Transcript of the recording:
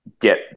get